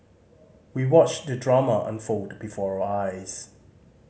we watched the drama unfold before our eyes